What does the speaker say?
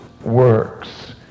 works